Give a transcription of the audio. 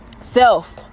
self